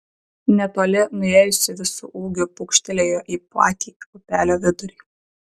netoli nuėjusi visu ūgiu pūkštelėjo į patį upelio vidurį